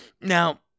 Now